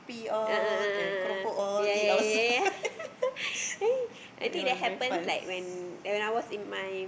a'ah a'ah a'ah ya ya ya ya ya I think that happen like when when I was in my